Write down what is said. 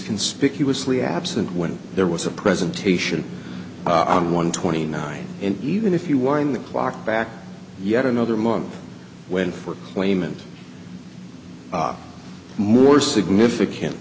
conspicuously absent when there was a presentation on one twenty nine and even if you wind the clock back yet another month went for claimant more significant